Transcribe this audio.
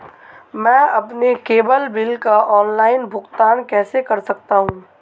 मैं अपने cable bill का ऑनलाइन भुगतान कैसे कर सकता हूं?